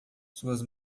suas